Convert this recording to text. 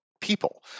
people